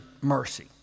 mercy